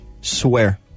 Swear